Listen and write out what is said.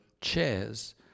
chairs